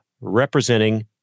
representing